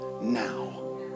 now